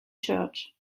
church